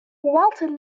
walton